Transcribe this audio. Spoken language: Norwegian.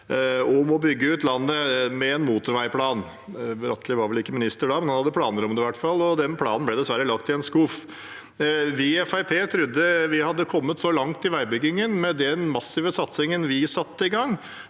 om å bygge ut landet med en motorveiplan. Bratteli var vel ikke minister da, men han hadde i hvert fall planer om det, og den planen ble dessverre lagt i en skuff. Vi i Fremskrittspartiet trodde vi hadde kommet så langt i veibyggingen med den massive satsingen vi satte i gang,